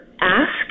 ask